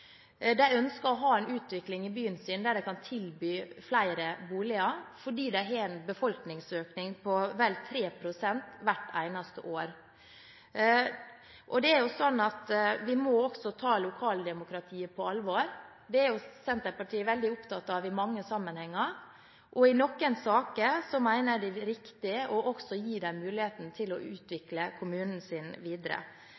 De ønsker å ha en utvikling i byen sin der de kan tilby flere boliger, fordi de har en befolkningsøkning på vel 3 pst. hvert eneste år. Det er sånn at vi må også ta lokaldemokratiet på alvor. Det er Senterpartiet veldig opptatt av i mange sammenhenger, og i noen saker mener jeg det er riktig også å gi den muligheten til å